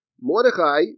Mordechai